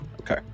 Okay